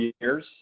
years